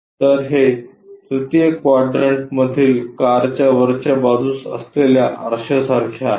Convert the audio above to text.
तर हे तृतीय क्वाड्रन्ट मधील कारच्या वरच्या बाजूस असलेल्या आरशासारखे आहे